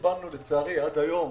לצערי, עד היום